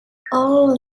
all